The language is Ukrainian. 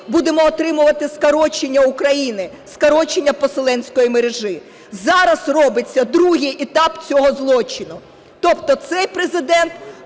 будемо отримувати скорочення України, скорочення поселенської мережі. Зараз робиться другий етап цього злочину, тобто цей Президент